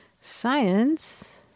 Science